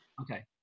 Okay